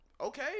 Okay